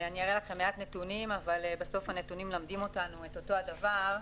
אני אראה לכם מעט נתונים אבל בסוף הנתונים מלמדים אותנו אותו הדבר.